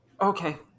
Okay